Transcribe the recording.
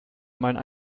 meinen